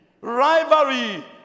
rivalry